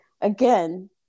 again